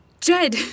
Jed